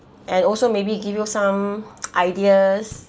and also maybe give you some ideas